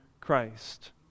Christ